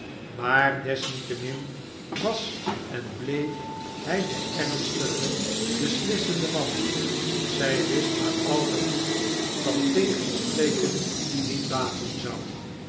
maar desniettemin was en bleef hij de ernstige beslissende man zy wist maar al te goed dat tegenspreken niet baten zou